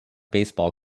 baseball